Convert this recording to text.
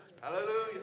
Hallelujah